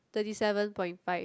thirty seven point five